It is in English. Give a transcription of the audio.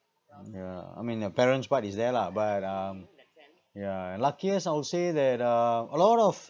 mm yeah I mean the parents part is there lah but um yeah luckiest I'll say that uh a lot of